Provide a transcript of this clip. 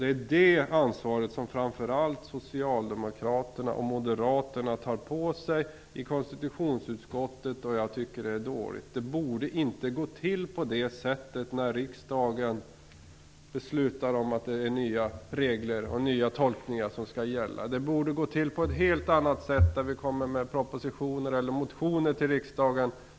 Det är detta ansvar som framför allt Socialdemokraterna och Moderaterna tar på sig i konstitutionsutskottet. Jag tycker att det är dåligt. Det borde inte gå till på det sättet när riksdagen beslutar om nya regler och nya tolkningar som skall gälla. Det borde gå till på ett helt annat sätt. Ändringar bör föreslås i propositioner och motioner till riksdagen.